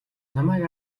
намайг